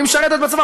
משרתת בצבא.